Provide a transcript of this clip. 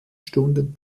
stunden